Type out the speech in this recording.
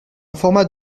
format